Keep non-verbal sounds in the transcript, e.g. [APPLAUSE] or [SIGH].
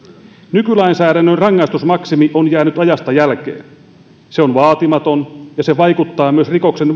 nykylainsäädännön rangaistusmaksimi on jäänyt ajasta jälkeen se on vaatimaton ja se vaikuttaa myös rikoksen [UNINTELLIGIBLE]